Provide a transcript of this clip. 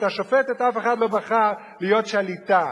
ואת השופטת אף אחד לא בחר להיות שליטה,